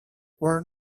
were